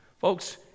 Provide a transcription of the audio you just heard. Folks